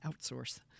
outsource